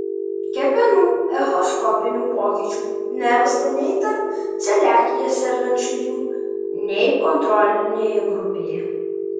kepenų echoskopinių pokyčių nerasta nei tarp celiakija sergančiųjų nei kontrolinėje grupėje